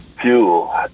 fuel